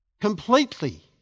completely